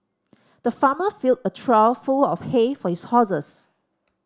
the farmer filled a trough full of hay for his horses